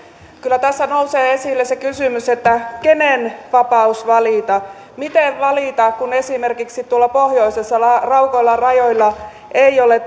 kyllä tässä nousee esille se kysymys että kenen vapaus valita miten valita kun esimerkiksi tuolla pohjoisessa raukoilla rajoilla ei ole